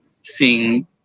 seeing